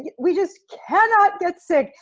yeah we just cannot get sick!